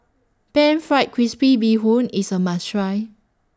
Pan Fried Crispy Bee Hoon IS A must Try